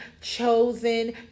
chosen